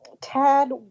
Tad